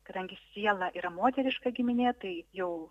kadangi siela yra moteriška giminė tai jau